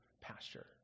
pasture